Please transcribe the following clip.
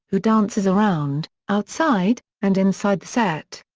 who dances around, outside, and inside the set.